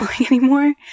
anymore